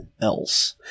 else